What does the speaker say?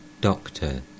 Doctor